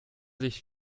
sich